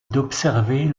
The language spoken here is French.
d’observer